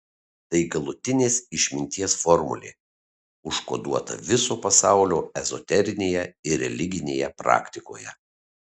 tai galutinės išminties formulė užkoduota viso pasaulio ezoterinėje ir religinėje praktikoje